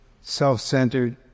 self-centered